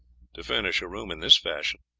to furnish a room in this fashion.